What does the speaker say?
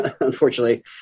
unfortunately